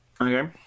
Okay